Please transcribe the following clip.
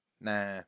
Nah